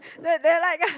there there like